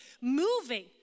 moving